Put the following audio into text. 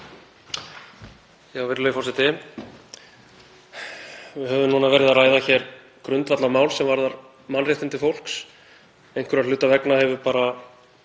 Virðulegi forseti. Við höfum verið að ræða hér grundvallarmál sem varðar mannréttindi fólks. Einhverra hluta vegna hafa bara